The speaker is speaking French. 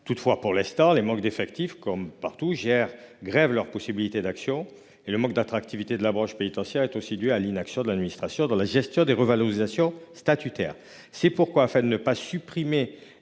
Toutefois, pour l'instant, le manque d'effectifs, comme partout, grève les possibilités d'actions des Spip. L'absence d'attractivité de la branche pénitentiaire est aussi due à l'inaction de l'administration dans la gestion des revalorisations statutaires. C'est pourquoi, afin de ne pas supprimer